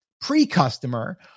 pre-customer